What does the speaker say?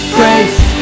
Grace